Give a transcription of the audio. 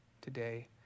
today